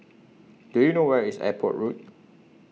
Do YOU know Where IS Airport Road